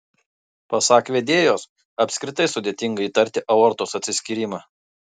pasak vedėjos apskritai sudėtinga įtarti aortos atsiskyrimą